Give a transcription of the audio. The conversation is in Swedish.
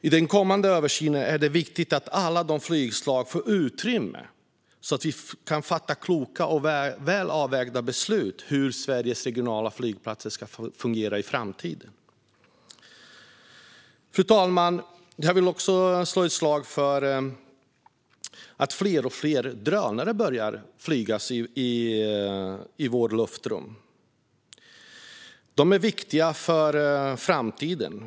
I den kommande översynen är det viktigt att alla flygslag får utrymme, så att vi kan fatta kloka och väl avvägda beslut om hur Sveriges regionala flygplatser ska fungera i framtiden. Fru talman! Jag vill också slå ett slag för att fler och fler drönare börjar flygas i vårt luftrum. De är viktiga för framtiden.